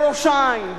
בראש-העין,